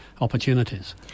opportunities